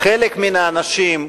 חלק מן האנשים,